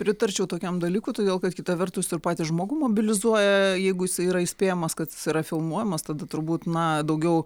pritarčiau tokiam dalykui todėl kad kita vertus ir patį žmogų mobilizuoja jeigu jisai yra įspėjamas kad jis yra filmuojamas tada turbūt na daugiau